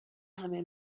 همه